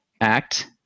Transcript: act